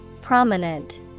Prominent